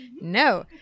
No